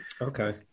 Okay